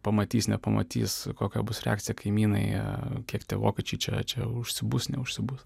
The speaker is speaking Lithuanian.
pamatys nepamatys kokia bus reakcija kaimynai jie kiek tie vokiečiai čia čia užsibus neužsibus